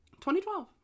2012